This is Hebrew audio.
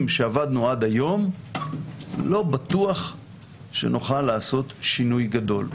שעבדנו עד היום לא בטוח שנוכל לעשות שינוי גדול,